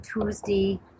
Tuesday